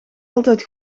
altijd